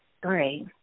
great